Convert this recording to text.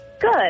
Good